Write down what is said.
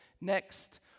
Next